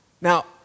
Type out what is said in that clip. Now